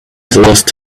lost